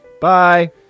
Bye